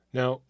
now